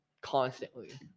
constantly